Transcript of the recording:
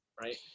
right